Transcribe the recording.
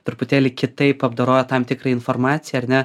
truputėlį kitaip apdoroja tam tikrą informaciją ar ne